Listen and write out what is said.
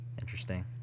interesting